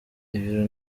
ibiro